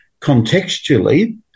Contextually